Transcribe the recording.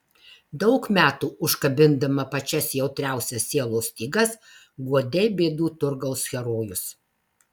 daug metų užkabindama pačias jautriausias sielos stygas guodei bėdų turgaus herojus